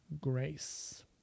grace